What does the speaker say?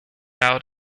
out